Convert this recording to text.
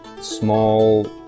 small